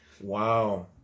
Wow